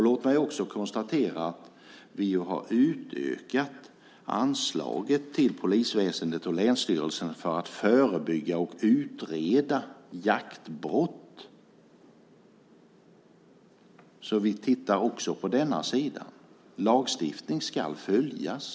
Låt mig också konstatera att vi har utökat anslaget till polisväsendet och länsstyrelserna för att förebygga och utreda jaktbrott. Vi ser alltså också till den sidan. Lagstiftning ska följas.